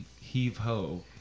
heave-ho